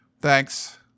thanks